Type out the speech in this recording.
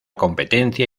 competencia